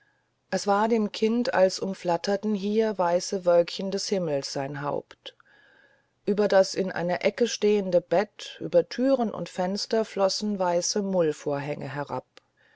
es war dem kinde als umflatterten hier weiße wölkchen des himmels sein haupt ueber das in einer ecke stehende bett über thüren und fenster floßen weiße mullvorhänge herab